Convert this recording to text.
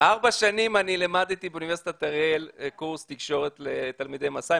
ארבע שנים אני לימדתי באוניברסיטת אריאל קורס תקשורת לתלמידי "מסע".